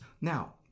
Now